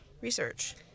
research